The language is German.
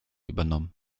übernommen